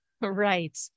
Right